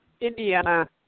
Indiana